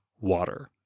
Water